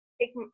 take